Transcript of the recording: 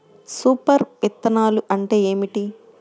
Super విత్తనాలు అంటే ఏమిటి?